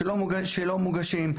שלא מוגשים.